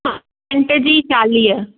paint जी चालीह